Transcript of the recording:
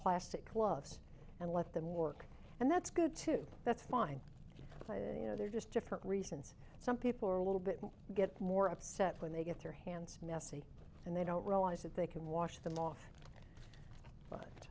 plastic gloves and let them work and that's good too that's fine you know they're just different reasons some people are a little bit and get more upset when they get their hands messy and they don't realize that they can wash them off